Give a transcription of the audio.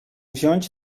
wziąć